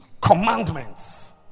commandments